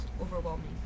overwhelming